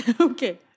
Okay